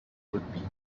rugby